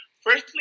firstly